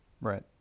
right